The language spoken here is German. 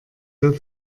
der